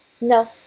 No